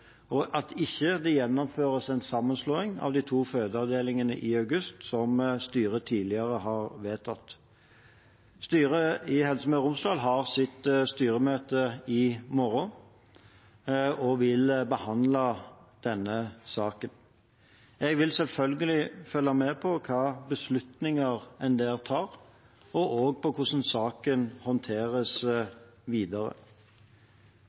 at det ikke gjennomføres en sammenslåing av de to fødeavdelingene i august, som styret tidligere har vedtatt. Styret i Helse Møre og Romsdal har sitt styremøte i morgen og vil behandle denne saken. Jeg vil selvfølgelig følge med på hvilke beslutninger en der tar, og også på hvordan saken håndteres videre.